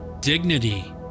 dignity